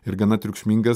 ir gana triukšmingas